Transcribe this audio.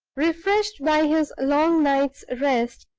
refreshed by his long night's rest,